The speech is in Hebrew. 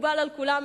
מקובל על כולם,